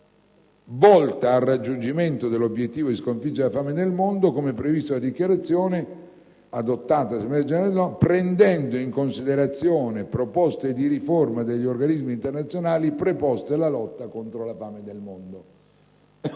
volta al raggiungimento dell'obiettivo di sconfiggere la fame nel mondo, come previsto dalla Dichiarazione (...), se occorre prendendo in considerazione proposte di riforma degli organismi internazionali preposti alla lotta contro la fame nel mondo».